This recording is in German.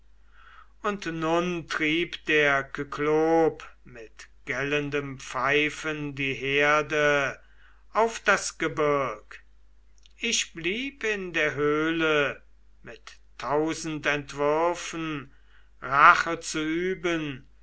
und nun trieb der kyklop mit gellendem pfeifen die herde auf das gebirg ich blieb in der höhle mit tausend entwürfen rache zu üben